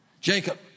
Jacob